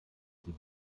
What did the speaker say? sie